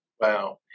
Wow